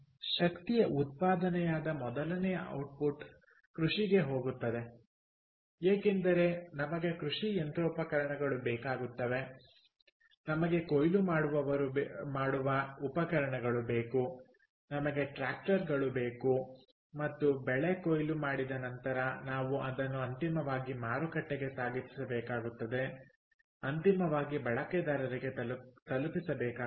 ಶಕ್ತಿಯ ಉತ್ಪಾದನೆಯಾದ ಮೊದಲನೆಯ ಔಟ್ಪುಟ್ ಕೃಷಿಗೆ ಹೋಗುತ್ತದೆ ಏಕೆಂದರೆ ನಮಗೆ ಕೃಷಿ ಯಂತ್ರೋಪಕರಣಗಳು ಬೇಕಾಗುತ್ತವೆ ನಮಗೆ ಕೊಯ್ಲು ಮಾಡುವವರು ಬೇಕು ನಮಗೆ ಟ್ರಾಕ್ಟರುಗಳು ಬೇಕು ಮತ್ತು ಬೆಳೆ ಕೊಯ್ಲು ಮಾಡಿದ ನಂತರ ನಾವು ಅದನ್ನು ಅಂತಿಮವಾಗಿ ಮಾರುಕಟ್ಟೆಗೆ ಸಾಗಿಸಬೇಕಾಗಿದೆ ಅಂತಿಮವಾಗಿ ಬಳಕೆದಾರರಿಗೆ ತಲುಪಬೇಕಾಗುತ್ತದೆ